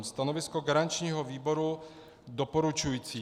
Stanovisko garančního výboru doporučující.